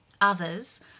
Others